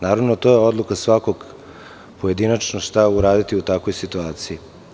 Naravno, to je odluka svakog pojedinačno šta uraditi u takvoj situaciji.